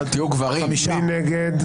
מי נגד?